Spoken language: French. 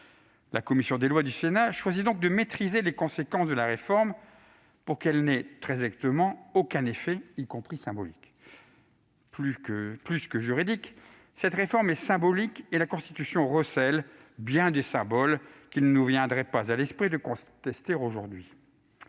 La commission des lois du Sénat choisit donc de maîtriser les conséquences de la réforme pour que celle-ci n'ait très exactement aucun effet, même symbolique. En effet, plus que juridique, cette réforme est d'abord symbolique. Or la Constitution recèle bien des symboles qu'il ne nous viendrait pas à l'esprit de contester aujourd'hui.